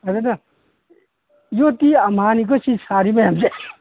ꯑꯗꯨꯅ ꯌꯣꯠꯇꯤ ꯑꯝꯍꯥꯅꯤꯀꯣ ꯁꯤ ꯁꯥꯔꯤ ꯃꯌꯥꯝꯁꯦ